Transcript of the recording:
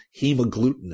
hemagglutinin